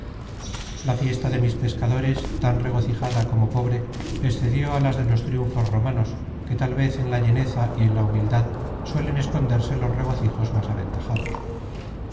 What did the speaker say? la fiesta de mis pescadores tan regocijada como pobre excedió á las de los triunfos romanos que tal vez en la llaneza y en la humildad suelen esconderse los regocijos más aventajados